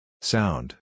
Sound